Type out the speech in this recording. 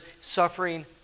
suffering